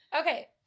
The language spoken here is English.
Okay